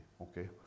Okay